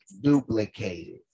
duplicated